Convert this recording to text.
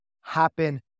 happen